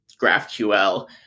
graphql